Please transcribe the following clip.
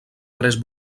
tres